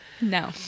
No